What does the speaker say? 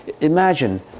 Imagine